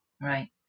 Right